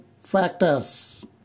factors